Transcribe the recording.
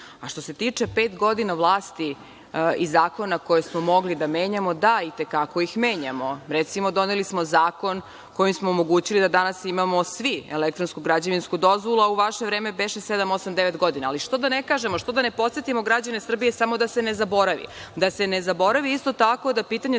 se tiče pet godina vlasti i zakona koje smo mogli da menjamo, dajte kako ih menjamo. Recimo, doneli smo zakon kojim smo omogućili da danas imamo svi elektronsku građevinsku dozvolu, a u vaše vreme beše sedam, osam, devet godina. Što da ne kažemo, što da ne podsetimo građane Srbije samo da se ne zaboravi? Da se ne zaboravi isto tako da pitanje